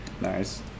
Nice